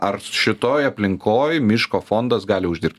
ar šitoj aplinkoj miško fondas gali uždirbt